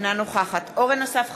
אינה נוכחת אורן אסף חזן,